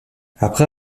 après